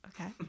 Okay